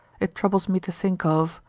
it troubles me to think of,